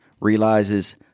realizes